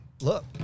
look